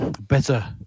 better